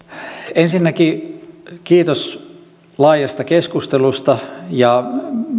ensinnäkin kiitos laajasta keskustelusta